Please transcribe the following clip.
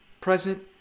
present